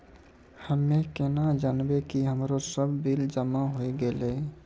हम्मे केना जानबै कि हमरो सब बिल जमा होय गैलै?